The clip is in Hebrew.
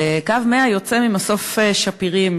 וקו 100 יוצא ממסוף שפירים,